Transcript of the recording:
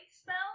spell